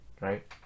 right